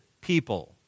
people